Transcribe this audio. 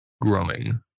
growing